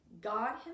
God